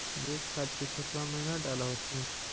जैवीक खाद के खेतबा मे न डाल होथिं?